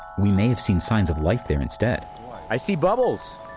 we may have seen signs of life there instead i see bubbles.